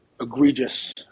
egregious